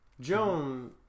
Joan